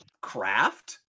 craft